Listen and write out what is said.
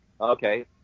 Okay